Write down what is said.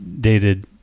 dated